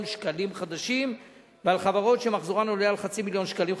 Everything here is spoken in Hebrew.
שקלים חדשים ועל חברות שמחזורן עולה על חצי מיליון שקלים חדשים.